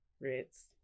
Ritz